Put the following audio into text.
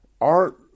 Art